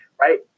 right